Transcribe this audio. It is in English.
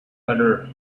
butter